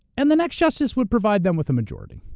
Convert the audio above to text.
and the next justice would provide them with a majority.